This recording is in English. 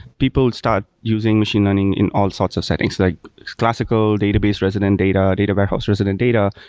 people start using machine learning in all sorts of settings, like classical database resident data, data warehouse resident data,